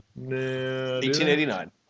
1889